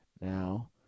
now